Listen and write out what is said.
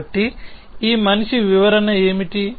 కాబట్టి ఈ మనిషి వివరణ ఏమిటి